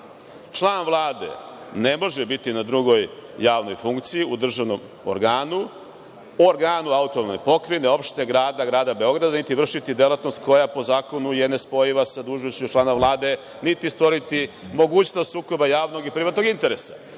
Član Vlade ne može biti na drugoj javnoj funkciji u državnom organu, organu AP, opštine, grada, Grada Beograda niti vršiti delatnost koja po zakonu je nespojiva sa dužnošću članova vlade niti stvoriti mogućnost sukoba javnog i privatno interesa.